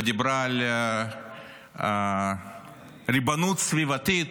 ודיברה על ריבונות סביבתית,